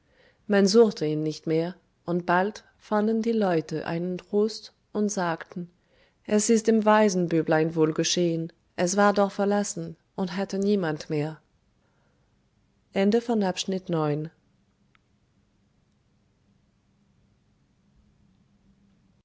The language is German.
man suchte ihn nicht mehr und bald fanden die leute einen trost und sagten es ist dem waisenbüblein wohl geschehen es war doch verlassen und hatte niemand mehr